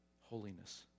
Holiness